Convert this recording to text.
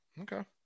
Okay